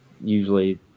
usually